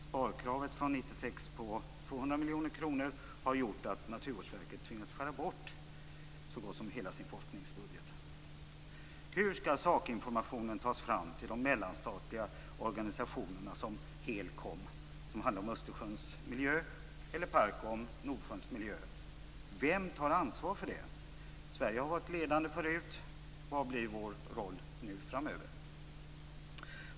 Sparkravet från 1996 på 200 miljoner kronor har gjort att Naturvårdsverket tvingats skära bort så gott som hela sin forskningsbudget. Hur skall sakinformationen tas fram till de mellanstatliga organisationerna som Helcom, som handlar om Östersjöns miljö, eller Farcom, Nordsjöns miljö? Vem tar ansvar för det. Sverige har tidigare varit ledande. Vad blir vår roll framöver?